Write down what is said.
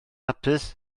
hapus